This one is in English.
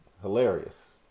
Hilarious